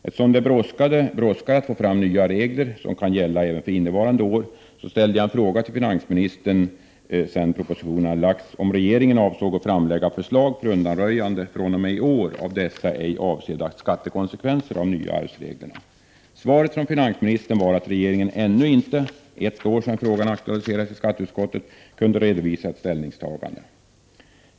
Eftersom det brådskar att få fram nya regler som kan gälla även för innevarande år ställde jag, efter det att propositionen lagts fram, en fråga till finansministern om regeringen avsåg att framlägga förslag för undanröjande från och med i år av dessa ej avsedda skattekonsekvenser av de nya arvsreglerna. Svaret från finansministern var att regeringen ännu inte, ett år efter att frågan aktualiserades i skatteutskottet, kunde redovisa ett ställningstagande.